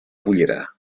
pollera